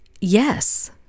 Yes